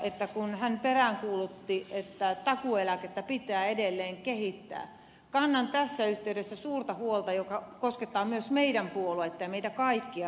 kankaanniemelle kun hän peräänkuulutti sitä että takuueläkettä pitää edelleen kehittää että kannan tässä yhteydessä suurta huolta asiasta joka koskettaa myös meidän puoluettamme ja meitä kaikkia